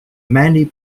many